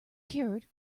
cured